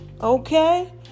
okay